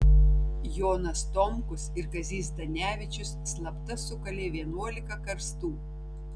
jonas tomkus ir kazys zdanevičius slapta sukalė vienuolika karstų